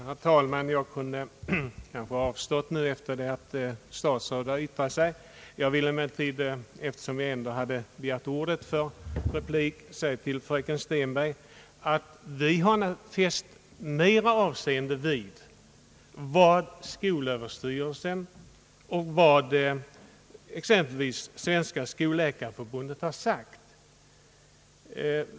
Herr talman! Jag kunde kanske avstått sedan statsrådet yttrat sig, men eftersom jag begärt ordet för replik vill jag i alla fall säga till fröken Stenberg, att vi nog har fäst mer avseende vid vad. exempelvis skolöverstyrelsen och Svenska skolläkarföreningen sagt.